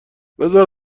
بزار